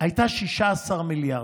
הייתה 16 מיליארד.